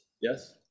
yes